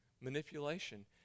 manipulation